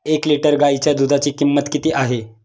एक लिटर गाईच्या दुधाची किंमत किती आहे?